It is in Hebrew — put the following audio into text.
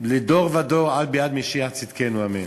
לדור ודור, עד ביאת משיח צדקנו, אמן.